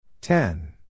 Ten